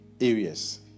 areas